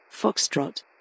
Foxtrot